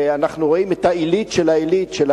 אנחנו רואים את העילית של העילית של